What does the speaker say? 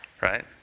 right